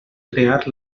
crear